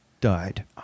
died